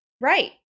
Right